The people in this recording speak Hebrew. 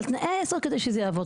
אבל תנאי היסוד כדי שזה יעבוד,